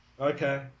Okay